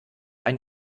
ein